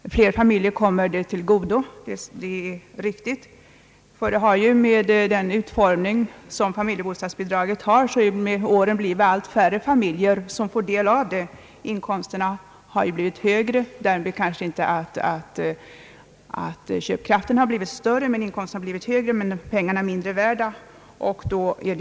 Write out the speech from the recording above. Det är riktigt att det kommer fler familjer till godo, ty med den utformning som familjebostadsbidraget har fått har med åren allt färre familjer fått del av bidraget. Inkomsterna har blivit högre, vilket inte behöver innebära att köpkraften har ökat, utan pengarna har blivit mindre värda.